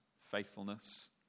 faithfulness